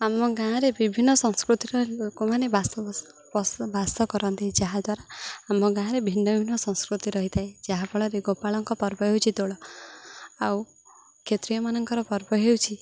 ଆମ ଗାଁରେ ବିଭିନ୍ନ ସଂସ୍କୃତିର ଲୋକମାନେ ବାସ ବାସ କରନ୍ତି ଯାହାଦ୍ୱାରା ଆମ ଗାଁରେ ଭିନ୍ନ ଭିନ୍ନ ସଂସ୍କୃତି ରହିଥାଏ ଯାହାଫଳରେ ଗୋପାଳଙ୍କ ପର୍ବ ହେଉଛି ଦୋଳ ଆଉ କ୍ଷତ୍ରୀୟମାନଙ୍କର ପର୍ବ ହେଉଛି